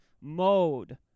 mode